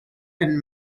and